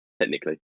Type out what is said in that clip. technically